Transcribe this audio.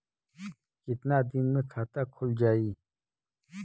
कितना दिन मे खाता खुल जाई?